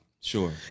Sure